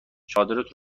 چادرت